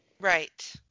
right